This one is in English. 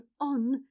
on